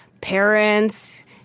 parents